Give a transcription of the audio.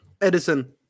Edison